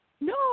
No